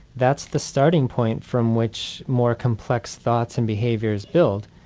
that's the starting point from which more complex thoughts and behaviours build.